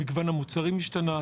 מגוון המוצרים השתנה,